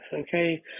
okay